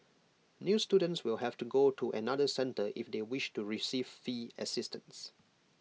new students will have to go to another centre if they wish to receive fee assistance